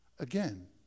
Again